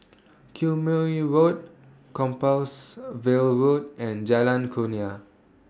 Quemoy Road Compassvale Road and Jalan Kurnia